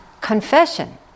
Confession